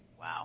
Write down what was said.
Wow